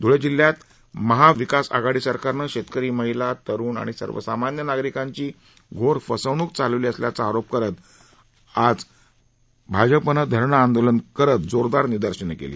ध्ळे जिल्ह्यात महाविकास आघाडी सरकारने शेतकरी महिला तरुण आणि सर्वसामान्य नागरीकांची घोर फसवण्क चालवली असल्याचा आरोप करत आज भाजपानं जिल्ह्याभरात धरणं आंदोलन करत जोरदार निदर्शेनं केली